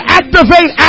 activate